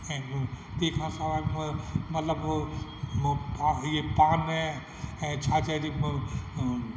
ऐं तंहिं खां सवाइ मतिलबु पा इहे पान छा ऐं चइजे मि